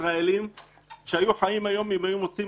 ישראלים שהיו חיים היום אם היו מוציאים